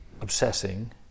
obsessing